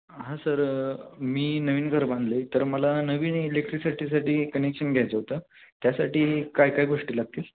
हां सर मी नवीन घर बांधलं आहे तर मला नवीन इलेक्ट्रिसिटीसाठी कनेक्शन घ्यायचं होतं त्यासाठी काय काय गोष्टी लागतील